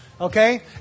Okay